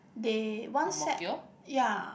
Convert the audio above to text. they one set ya